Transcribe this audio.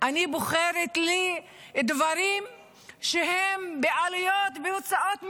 אני בוחרת לי דברים שהם בעלויות ובהוצאות מינימליות.